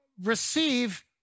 receive